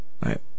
Right